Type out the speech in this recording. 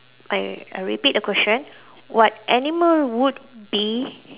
I I repeat the question what animal would be